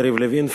יריב לוין,